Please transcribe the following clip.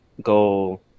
go